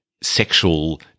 sexual